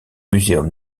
muséum